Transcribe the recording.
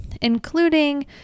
including